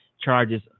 charges